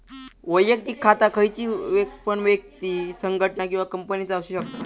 वैयक्तिक खाता खयची पण व्यक्ति, संगठना किंवा कंपनीचा असु शकता